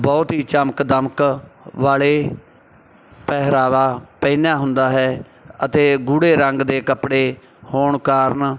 ਬਹੁਤ ਹੀ ਚਮਕ ਦਮਕ ਵਾਲੇ ਪਹਿਰਾਵਾ ਪਹਿਨਿਆ ਹੁੰਦਾ ਹੈ ਅਤੇ ਗੂੜੇ ਰੰਗ ਦੇ ਕੱਪੜੇ ਹੋਣ ਕਾਰਨ